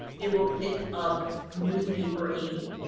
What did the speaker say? it will pick up newspaper ink.